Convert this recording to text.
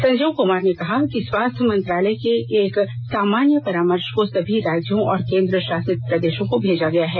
संजीव कमार ने कहा कि स्वास्थ्य मंत्रालय के एक सामान्य परामर्श को सभी राज्यों और केंद्र शासित प्रदेशों को भेजा गया है